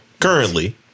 currently